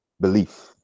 belief